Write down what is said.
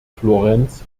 florenz